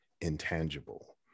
intangible